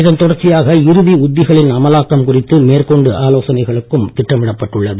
இதன் தொடர்ச்சியாக இறுதி உத்திகளின் அமலாக்கம் குறித்து மேற்கொண்டு ஆலோசனைகளுக்கும் திட்டமிடப்பட்டுள்ளது